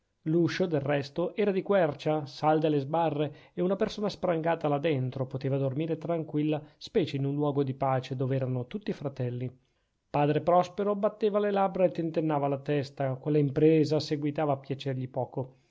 l'uscio del resto era di quercia salde le sbarre e una persona sprangata là dentro poteva dormire tranquilla specie in un luogo di pace dov'erano tutti fratelli padre prospero batteva le labbra e tentennava la testa quella impresa seguitava a piacergli poco